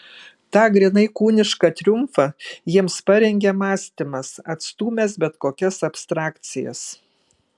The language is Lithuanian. tą grynai kūnišką triumfą jiems parengė mąstymas atstūmęs bet kokias abstrakcijas